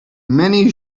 many